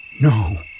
no